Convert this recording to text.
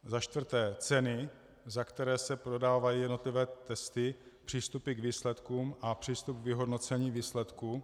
Za čtvrté, ceny, za které se prodávají jednotlivé testy, přístupy k výsledkům a přístup k vyhodnocení výsledků?